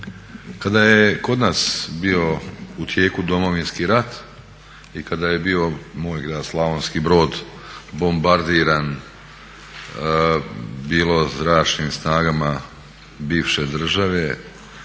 Kada je kod nas bio u tijeku Domovinski rat i kada je bio moj grad Slavonski Brod bombardiran bio zračnim snagama bivše države,